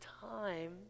time